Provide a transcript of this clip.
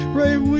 right